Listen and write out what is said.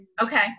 okay